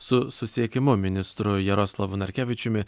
su susisiekimo ministru jaroslavu narkevičiumi